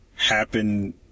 happen